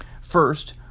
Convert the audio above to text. First